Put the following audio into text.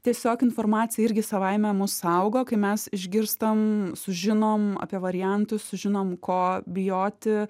tiesiog informacija irgi savaime mus saugo kai mes išgirstam sužinom apie variantus žinom ko bijoti